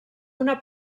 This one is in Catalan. una